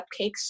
cupcakes